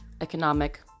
economic